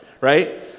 Right